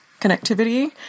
connectivity